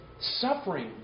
suffering